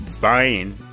buying